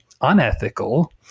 unethical